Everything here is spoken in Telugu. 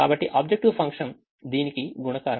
కాబట్టి ఆబ్జెక్టివ్ ఫంక్షన్ దీని గుణకారం